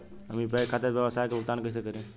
हम यू.पी.आई खाता से व्यावसाय के भुगतान कइसे करि?